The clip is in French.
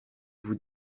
vous